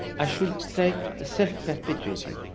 i should say self perpetuating.